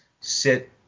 sit